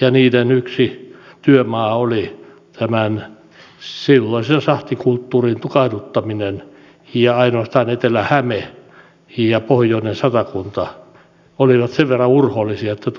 ja niiden yksi työmaa oli tämän silloisen sahtikulttuurin tukahduttaminen ja ainoastaan etelä häme ja pohjoinen satakunta olivat sen verran urhoollisia että tuo sahtikulttuuri säilyi